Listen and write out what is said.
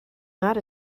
not